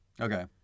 Okay